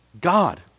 God